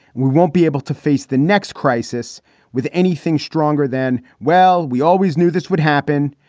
we won't be able to face the next crisis with anything stronger than. well, we always knew this would happen.